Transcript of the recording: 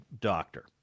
doctor